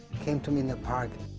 came to me in the park,